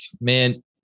man